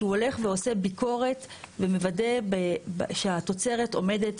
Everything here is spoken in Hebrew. שהוא הולך ועושה ביקורת ומוודא שהתוצרת עומדת